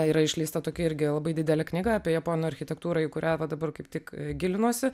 yra išleista tokia irgi labai didelė knyga apie japonų architektūrą į kurią va dabar kaip tik gilinuosi